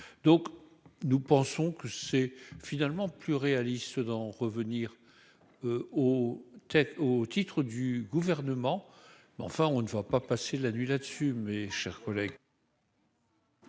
donc nous pensons que c'est finalement plus réaliste d'en revenir au tête au titre du gouvernement, mais enfin on ne va pas passer la nuit là dessus, mes chers collègues.